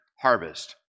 harvest